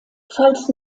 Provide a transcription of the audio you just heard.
falls